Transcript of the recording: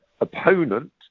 opponent